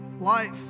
life